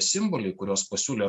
simboliai kuriuos pasiūlė